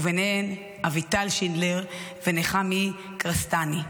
ובהן אביטל שינדלר ונחמי קרסטני.